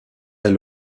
elle